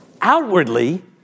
outwardly